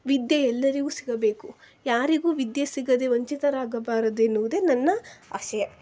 ವಿದ್ಯೆ ಎಲ್ಲರಿಗೂ ಸಿಗಬೇಕು ಯಾರಿಗೂ ವಿದ್ಯೆ ಸಿಗದೇ ವಂಚಿತರಾಗಬಾರದೆನ್ನುವುದೇ ನನ್ನ ಆಶಯ